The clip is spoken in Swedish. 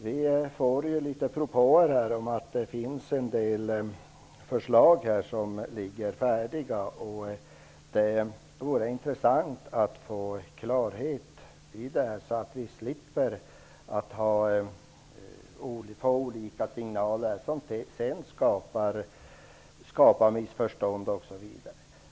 Vi får en del uppgifter om att det finns förslag som ligger färdiga, och det vore intressant att få klarhet i det, så att vi slipper få olika signaler som sedan skapar missförstånd, osv.